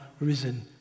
risen